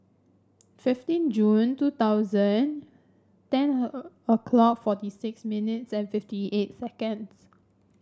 fifteen June two thousand ten her o'clock forty six minutes and fifty eight seconds